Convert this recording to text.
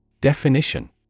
Definition